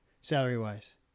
salary-wise